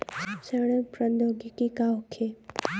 सड़न प्रधौगिकी का होखे?